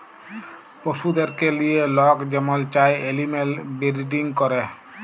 পশুদেরকে লিঁয়ে লক যেমল চায় এলিম্যাল বিরডিং ক্যরে